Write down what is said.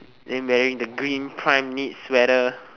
then wearing the green prime knit sweater